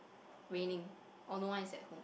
raining or no one is at home